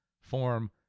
form